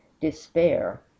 despair